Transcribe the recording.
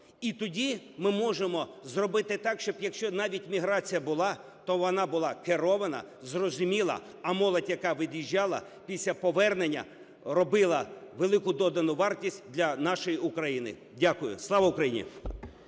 І тоді ми можемо зробити так, щоб якщо навіть міграція була, то вона була керована, зрозуміла, а молодь, яка від'їжджала, після повернення робила велику додану вартість для нашої України. Дякую. Слава Україні!